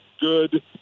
good